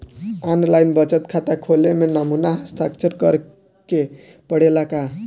आन line बचत खाता खोले में नमूना हस्ताक्षर करेके पड़ेला का?